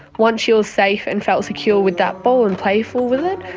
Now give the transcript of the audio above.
once she was safe and felt secure with that ball and playful with it,